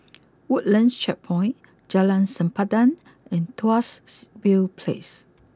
Woodlands Checkpoint Jalan Sempadan and Tuas view place